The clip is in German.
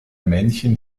männchen